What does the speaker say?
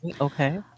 okay